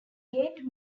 gained